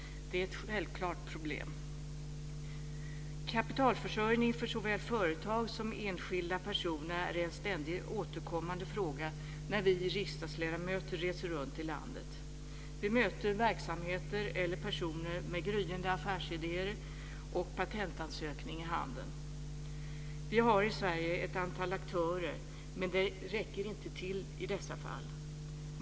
Det är ett självklart problem. Kapitalförsörjning för såväl företag som enskilda personer är en ständigt återkommande fråga när vi riksdagsledamöter reser runt i landet. Vi möter verksamheter eller personer med gryende affärsidéer och patentansökningar i handen. Vi har i Sverige ett antal aktörer. Men det räcker inte till i dessa fall.